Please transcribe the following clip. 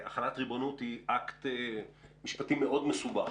החלת ריבונות היא אקט משפטי מאוד מסובך.